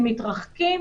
הם מתרחקים,